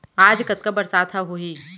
आज कतका बरसात ह होही?